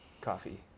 coffee